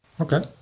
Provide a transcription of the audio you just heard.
okay